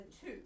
two